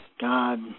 God